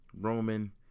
Roman